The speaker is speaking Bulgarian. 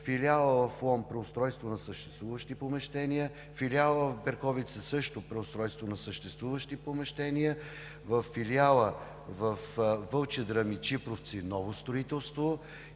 филиала в Лом преустройство на съществуващи помещения, филиала в Берковица – преустройство на съществуващи помещения, във филиала във Вълчедръм и Чипровци – ново строителство,